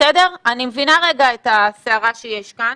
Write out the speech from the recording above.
אני מבינה את הסערה שיש כאן.